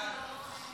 חוק מניעת פגיעת גוף